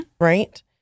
right